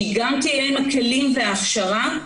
שתהיה גם עם כלים והכשרה.